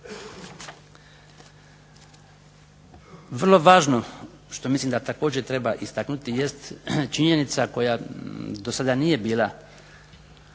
Vrlo važno što mislim da također treba istaknuti jest činjenica koja do sada nije bila